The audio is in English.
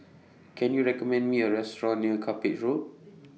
Can YOU recommend Me A Restaurant near Cuppage Road